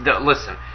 listen